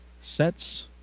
sets